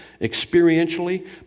experientially